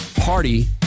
party